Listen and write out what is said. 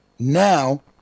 Now